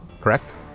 Correct